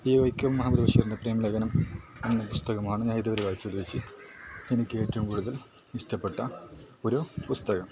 ഈ വൈക്കം മുഹമ്മദ് ബഷീറിൻ്റെ പ്രേമലേഖനം എന്ന പുസ്തകമാണ് ഞാൻ ഇതുവരെ വായിച്ചതിൽ വച്ച് എനിക്ക് ഏറ്റവും കൂടുതൽ ഇഷ്ടപ്പെട്ട ഒരു പുസ്തകം